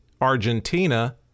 Argentina